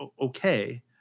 Okay